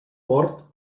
port